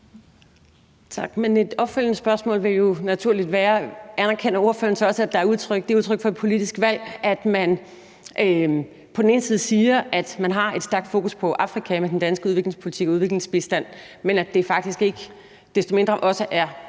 ordføreren så også, at det er udtryk for et politisk valg, at man på den ene side siger, at man har et stærkt fokus på Afrika med den danske udviklingspolitik og udviklingsbistand, men at det faktisk ikke desto mindre også er på